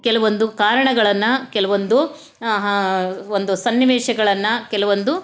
ಕೆಲವೊಂದು ಕಾರಣಗಳನ್ನು ಕೆಲವೊಂದು ಒಂದು ಸನ್ನಿವೇಶಗಳನ್ನು ಕೆಲವೊಂದು